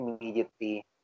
immediately